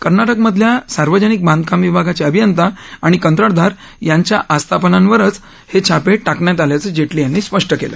कर्नाटकमधल्या सार्वजनिक बांधकाम विभागाचे अभियंता आणि कंत्राटदार यांच्या आस्थापनांवरच या छापे टाकण्यात आल्याचं जेटली यांनी स्पष्ट केलं